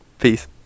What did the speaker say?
Peace